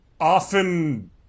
Often